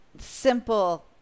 simple